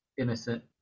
innocent